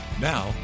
Now